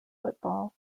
football